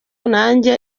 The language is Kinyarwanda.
nanjye